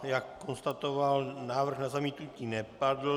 Jak konstatoval, návrh na zamítnutí nepadl.